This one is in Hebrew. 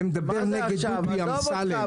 והם מדברים נגד דודי אמסלם -- עזוב אותך,